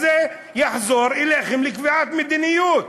אז זה יחזור אליכם לקביעת מדיניות.